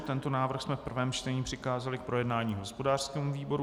Tento návrh jsme v prvém čtení přikázali k projednání hospodářskému výboru.